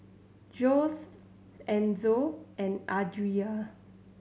Joesph Enzo and Adria